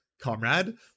comrade